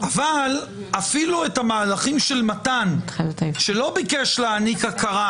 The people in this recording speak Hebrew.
אבל אפילו את המהלכים של מתן שלא ביקש להעניק הכרה